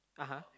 (uh huh)